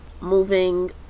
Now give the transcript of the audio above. moving